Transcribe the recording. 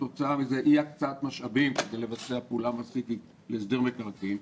כתוצאה מכך אי הקצת משאבים כדי לבצע פעולה מסיבית להסדר מקרקעין.